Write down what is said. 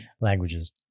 languages